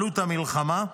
עלות המלחמה,